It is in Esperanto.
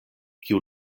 kiu